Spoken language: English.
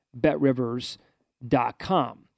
betrivers.com